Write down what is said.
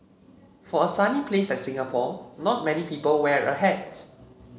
for a sunny place like Singapore not many people wear a hat